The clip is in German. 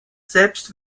selbst